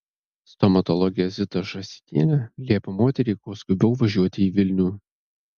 stomatologė zita žąsytienė liepė moteriai kuo skubiau važiuoti į vilnių